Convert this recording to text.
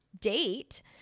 date